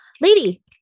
lady